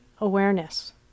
awareness